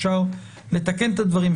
אפשר לתקן את הדברים,